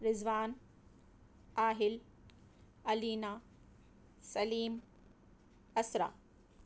Rizwan Aahil Alina Saleem Isra